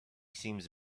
seems